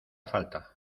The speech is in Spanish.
falta